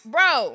Bro